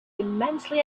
immensely